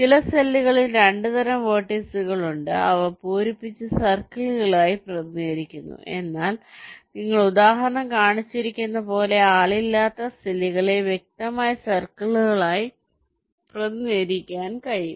ചില സെല്ലുകളിൽ 2 തരം വെർട്ടിസുകൾ ഉണ്ട് അവ പൂരിപ്പിച്ച സർക്കിളുകളായി പ്രതിനിധീകരിക്കുന്നു എന്നാൽ നിങ്ങൾ ഉദാഹരണം കാണിച്ചിരിക്കുന്നതുപോലെ ആളില്ലാത്ത സെല്ലുകളെ വ്യക്തമായ സർക്കിളുകളായി പ്രതിനിധീകരിക്കാൻ കഴിയും